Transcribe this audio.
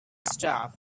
stuff